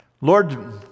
Lord